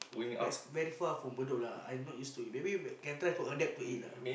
but it's very far from Bedok lah I not used to it maybe can try to adapt to it lah